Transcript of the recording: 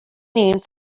named